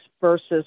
versus